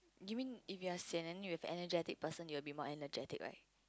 given if you're sian then you have energetic person you will be more energetic right